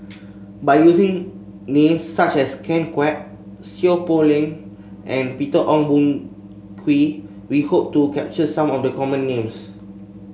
by using names such as Ken Kwek Seow Poh Leng and Peter Ong Boon Kwee we hope to capture some of the common names